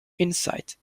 insight